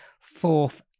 fourth